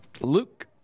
Luke